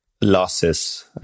losses